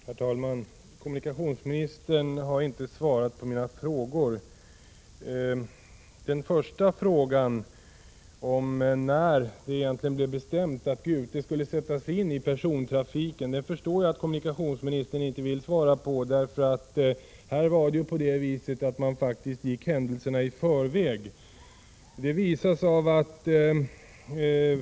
Herr talman! Kommunikationsministern har inte svarat på mina frågor. Den första frågan, om när det egentligen blev bestämt att Gute skulle sättas in i persontrafik, förstod jag att kommunikationsministern inte ville svara på, eftersom man här gick händelserna i förväg.